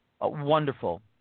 wonderful